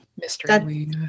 mystery